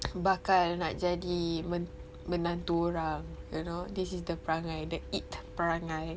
bakal nak jadi men~ menantu orang you know this is the perangai that it perangai